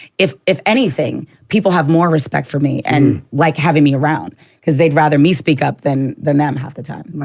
if if anything, people have more respect for me and like having me around cause they'd rather me speak up than than them half the time.